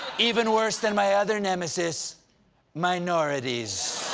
even worse than my other nemesis minorities.